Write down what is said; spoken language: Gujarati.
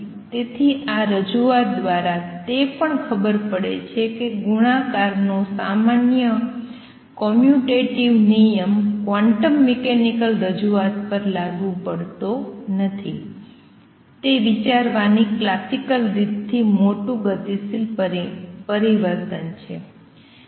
તેથી આ રજૂઆત દ્વારા તે પણ ખબર પડે છે કે ગુણાકારનો સામાન્ય કોમ્યુટેટીવ નિયમ ક્વોન્ટમ મિકેનિકલ રજૂઆત પર લાગુ પડતો નથી તે વિચારવાની ક્લાસિકલ રીતથી મોટુ ગતિશીલ પરિવર્તન છે